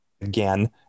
again